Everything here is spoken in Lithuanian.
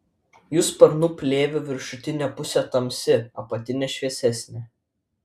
jų sparnų plėvių viršutinė pusė tamsi apatinė šviesesnė